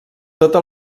tota